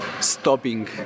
stopping